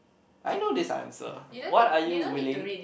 I know this answer what are you willing